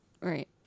Right